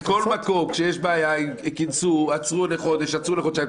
בכל מקום עצרו לחודש, עצרו לחודשיים.